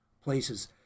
places